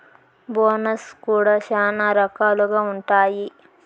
bonus కూడా శ్యానా రకాలుగా ఉంటాయి